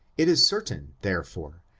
it is certain, therefore,